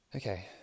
Okay